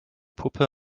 puppe